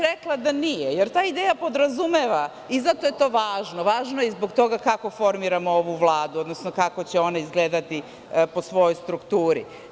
Rekla bih da nije, jer ta ideja podrazumeva i zato je to važno, važno je i zbog toga kako formiramo ovu Vladu, odnosno kako će ona izgledati po svojoj strukturi.